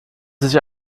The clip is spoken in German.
sich